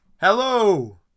Hello